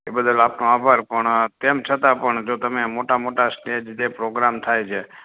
એ બદલ આપનો આભાર પણ તેમ છતાં પણ જો તમે મોટાં મોટાં સ્ટેજ જે પ્રોગ્રામ થાય છે